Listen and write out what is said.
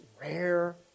rare